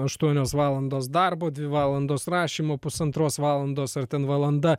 aštuonios valandos darbo dvi valandos rašymo pusantros valandos ar ten valanda